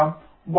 0 0 0